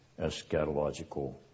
eschatological